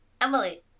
Emily